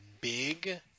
big